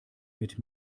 mit